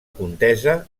contesa